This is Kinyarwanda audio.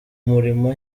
umurimo